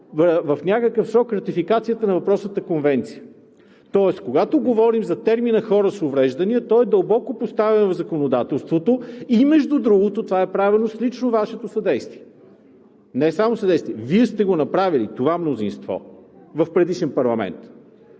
в някакъв срок ратификацията на въпросната конвенция. Тоест, когато говорим за термина „хора с увреждания“, той е дълбоко поставен в законодателството и, между другото, това е правено с лично Вашето съдействие. Не само съдействие, Вие сте го направили – това мнозинство в предишен парламент.